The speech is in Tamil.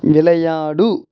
விளையாடு